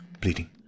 Bleeding